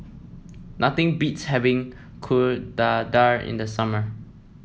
nothing beats having Kuih Dadar in the summer